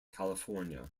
california